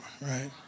right